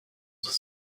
towns